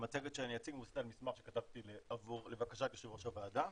המצגת שאני אציג --- מסמך שכתבתי לבקשת יו"ר הוועדה,